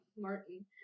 Martin